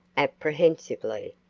apprehensively,